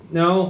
no